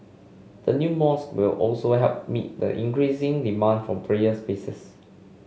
the new mosque will also help meet the increasing demand for prayer spaces